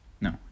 no